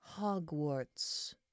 Hogwarts